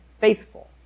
faithful